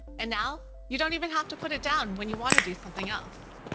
and now, you don't even have to put it down when you want to do something else.